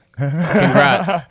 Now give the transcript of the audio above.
Congrats